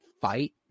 fight